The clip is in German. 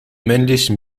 männlichen